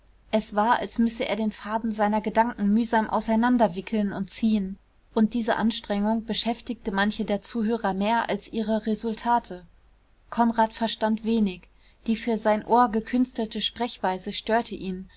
es war als müsse er den faden seiner gedanken mühsam auseinanderwickeln und ziehen und diese anstrengung beschäftigte manche der zuhörer mehr als ihre resultate konrad verstand wenig die für sein ohr gekünstelte sprechweise störte ihn